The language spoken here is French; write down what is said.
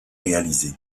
réalisé